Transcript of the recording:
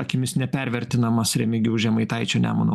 akimis nepervertinamas remigijaus žemaitaičio nemuno